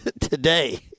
today